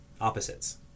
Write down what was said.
opposites